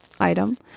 item